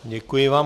Děkuji vám.